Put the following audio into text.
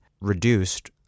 reduced